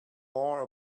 more